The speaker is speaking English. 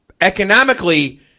Economically